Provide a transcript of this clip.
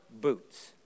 boots